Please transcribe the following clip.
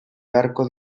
beharko